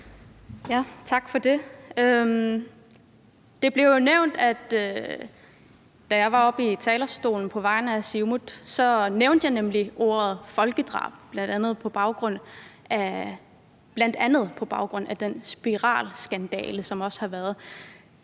Tak for det. Det blev nævnt, at da jeg var oppe på talerstolen på vegne af Siumut, nævnte jeg ordet folkedrab, bl.a. på baggrund af den spiralskandale, der har været.